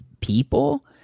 people